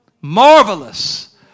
Marvelous